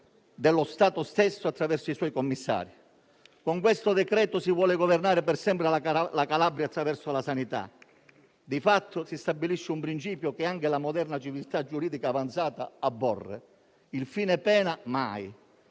dello Stato stesso, attraverso i suoi commissari. Con il provvedimento in discussione si vuole governare per sempre la Calabria attraverso la sanità; di fatto, si stabilisce un principio che anche la moderna civiltà giuridica avanzata aborre: il fine pena mai.